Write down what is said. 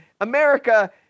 America